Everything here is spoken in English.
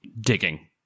digging